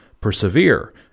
persevere